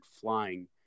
flying